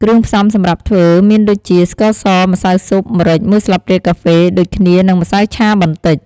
គ្រឿងផ្សំសម្រាប់ធ្វើមានដូចជា ស្ករស ម្សៅស៊ុប ម្រេច ១ស្លាបព្រាកាហ្វេដូចគ្នា និង ម្សៅឆា បន្តិច។